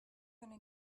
gonna